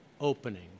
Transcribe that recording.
opening